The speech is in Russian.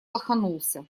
лоханулся